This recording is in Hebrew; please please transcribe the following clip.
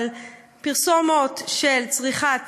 אבל פרסומות של צריכת